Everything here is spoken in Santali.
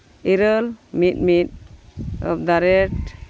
ᱤᱨᱟᱹᱞ ᱢᱤᱫᱼᱢᱤᱫ ᱮᱴᱫᱟᱨᱮᱴ